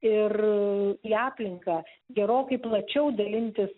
ir į aplinką gerokai plačiau dalintis